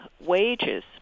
wages